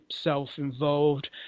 self-involved